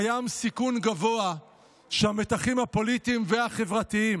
קיים סיכון גבוה שהמתחים הפוליטיים והחברתיים